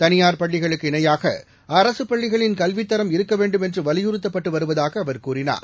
கனியார் பள்ளிகளுக்கு இணையாகஅரசுப் பள்ளிகளின் கல்வித் தரம் இருக்கவேண்டும் என்றுவலியுறுத்தப்பட்டுவருவதாகஅவர் கூறினார்